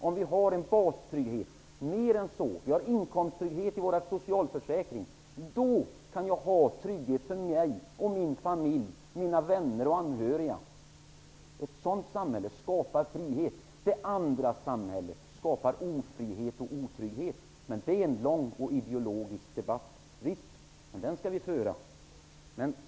Om vi har en bastrygghet och en inkomsttrygghet i våra socialförsäkringar kan jag få trygghet för mig, min familj, mina anhöriga och mina vänner. Ett sådant samhälle skapar frihet. Det andra samhället skapar ofrihet och otrygghet. Nu är vi inne på en lång ideologisk debatt. Den skall vi föra.